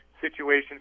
situation